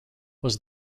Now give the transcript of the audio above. was